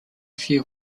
few